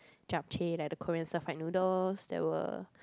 chap chae like the Korean stir fried noodles there were